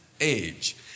age